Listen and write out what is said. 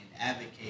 advocate